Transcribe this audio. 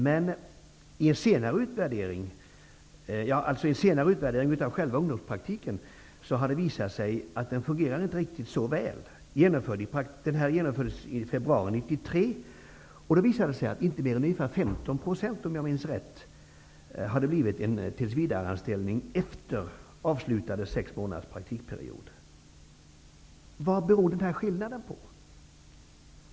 Men i en senare utvärdering av själva ungdomspraktiken, genomförd i februari 1993, har det visat sig att den inte fungerar riktigt så väl. Det visade sig att inte mer än 15 %, om jag minns rätt, hade fått en tillsvidareanställning efter avslutade sex månaders praktikperiod. Vad beror denna skillnad på?